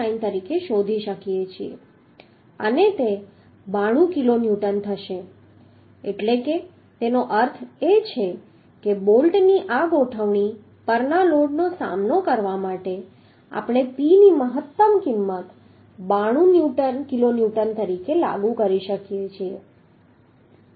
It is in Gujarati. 599 તરીકે શોધી શકીએ છીએ અને તે 92 કિલોન્યુટન થશે એટલે કે તેનો અર્થ એ છે કે બોલ્ટની આ ગોઠવણી પરના લોડનો સામનો કરવા માટે આપણે P ની મહત્તમ કિંમત 92 કિલોન્યુટન તરીકે લાગુ કરી શકીએ છીએ